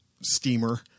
steamer